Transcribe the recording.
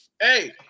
Hey